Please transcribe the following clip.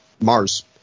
Mars